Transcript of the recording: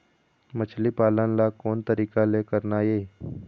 मछली पालन ला कोन तरीका ले करना ये?